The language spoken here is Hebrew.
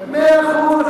אתה טועה,